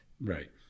Right